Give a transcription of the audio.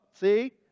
see